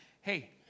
hey